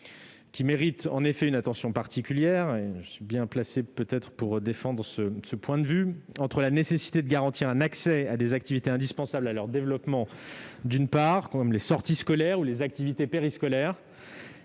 méritent une attention particulière, et je suis bien placé pour défendre ce point de vue. Il est en effet nécessaire de garantir leur accès à des activités indispensables à leur développement, comme les sorties scolaires ou les activités périscolaires